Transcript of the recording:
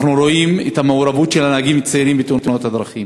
אנחנו רואים את המעורבות של הנהגים הצעירים בתאונות הדרכים.